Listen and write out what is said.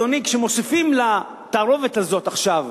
אדוני, כשמוסיפים לתערובת הזאת עכשיו